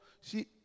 See